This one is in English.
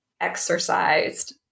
exercised